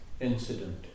incident